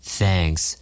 thanks